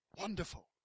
Wonderful